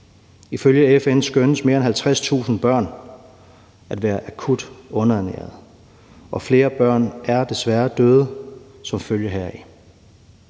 Ifølge FN skønnes mere end 50.000 børn at være akut underernæret, og flere børn er desværre døde som følge heraf.